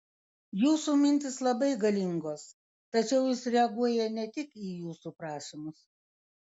jūsų mintys labai galingos tačiau jis reaguoja ne tik į jūsų prašymus